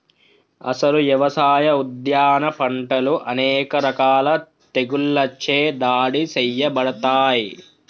అసలు యవసాయ, ఉద్యాన పంటలు అనేక రకాల తెగుళ్ళచే దాడి సేయబడతాయి